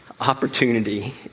opportunity